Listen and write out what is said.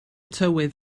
tywydd